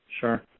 sure